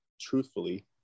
truthfully